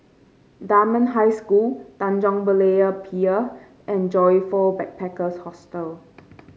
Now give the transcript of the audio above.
Dunman High School Tanjong Berlayer Pier and Joyfor Backpackers Hostel